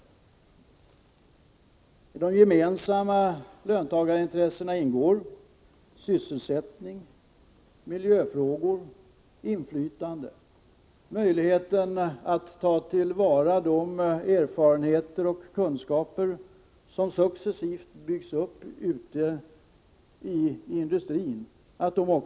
I de gemensamma löntagarintressena ingår sysselsättning, miljöfrågor, inflytande och möjligheten att inom det svenska näringslivet ta till vara de erfarenheter och kunskaper som gradvis byggs upp ute i industrin.